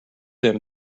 him